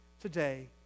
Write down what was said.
today